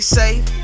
safe